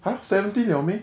!huh! seventeen liao meh